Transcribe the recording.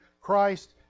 Christ